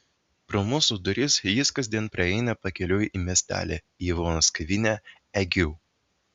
pro mūsų duris jis kasdien praeina pakeliui į miestelį į ivonos kavinę egiu